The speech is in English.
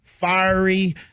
fiery